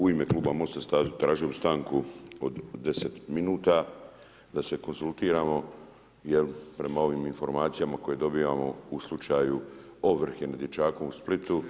U ime Kluba Mosta, tražio bi stanku od 10 min, da se konzultiramo, jer prema ovim informacijama, koje dobivamo o slučaju ovrhe nad dječakom u Splitu.